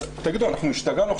תגידו, אנחנו השתגענו?